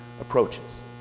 approaches